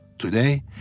Today